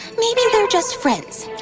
maybe they're just friends.